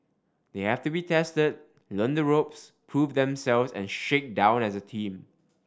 they have to be tested learn the ropes prove themselves and shake down as a team